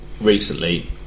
recently